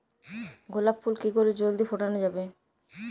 গোলাপ ফুল কি করে জলদি ফোটানো যাবে?